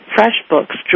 FreshBooks